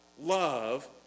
love